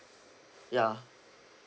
ya